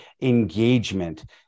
engagement